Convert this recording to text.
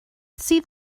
sydd